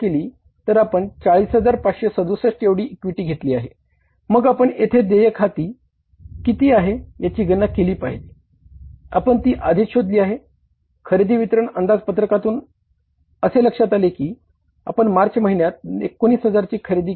भाडे देय 16500 आहे आणि लाभांश देय 1500 आहे